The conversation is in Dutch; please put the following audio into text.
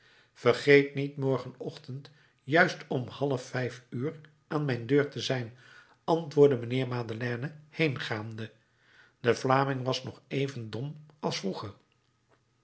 vergeet niet morgenochtend juist om half vijf uur aan mijn deur te zijn antwoordde mijnheer madeleine heengaande de vlaming was nog even dom als vroeger